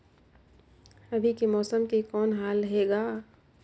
अभी के मौसम के कौन हाल हे ग?